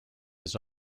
his